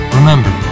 Remember